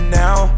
now